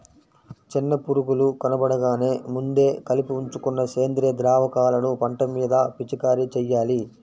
చిన్న పురుగులు కనబడగానే ముందే కలిపి ఉంచుకున్న సేంద్రియ ద్రావకాలను పంట మీద పిచికారీ చెయ్యాలి